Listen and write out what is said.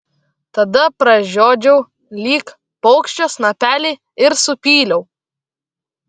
tada pražiodžiau lyg paukščio snapelį ir supyliau